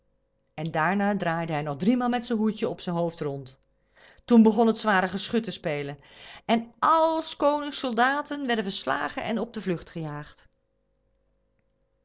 en daarna draaide hij nog driemaal zijn hoedje op zijn hoofd rond toen begon het zware geschut te spelen en al s konings soldaten werden verslagen en op de vlucht gejaagd